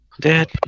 Dad